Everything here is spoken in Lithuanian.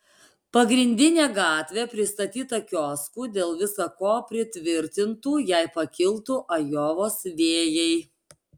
pagrindinė gatvė pristatyta kioskų dėl visa ko pritvirtintų jei pakiltų ajovos vėjai